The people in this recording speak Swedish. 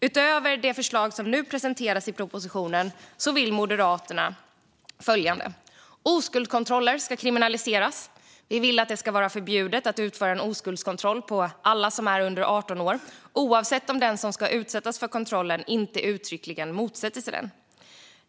Utöver de förslag som nu presenteras i propositionen vill Moderaterna följande: Oskuldskontroller ska kriminaliseras. Vi vill att det ska vara förbjudet att utföra en oskuldskontroll på alla som är under 18 år, oavsett om den som ska utsättas för kontrollen inte uttryckligen motsätter sig den.